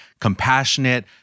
compassionate